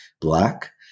black